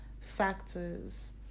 factors